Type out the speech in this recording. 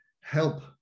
help